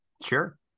Sure